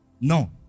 No